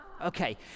Okay